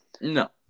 No